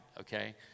Okay